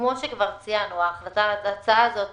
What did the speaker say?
כפי שאמרתי, להצעה הזאת